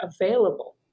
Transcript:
available